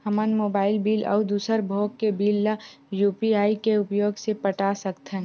हमन mobile bill अउ दूसर भोग के बिल ला यू.पी.आई के उपयोग से पटा सकथन